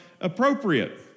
appropriate